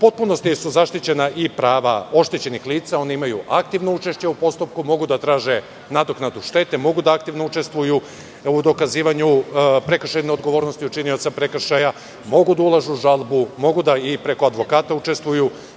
potpunosti su zaštićena i prava oštećenih lica, oni imaju aktivno učešće u postupku, mogu da traže nadoknadu štete, mogu da aktivno učestvuju u dokazivanju prekršajne odgovornosti učinioca prekršaja, mogu da ulažu žalbu, mogu da i preko advokata učestvuju,